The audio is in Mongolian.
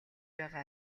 байгаа